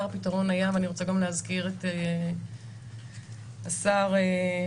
הפתרון היה ואני רוצה גם להזכיר את השר לשעבר